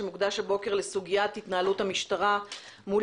שמוקדש הבוקר לסוגיית התנהלות המשטרה מול